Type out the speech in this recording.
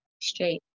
Straight